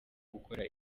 gukora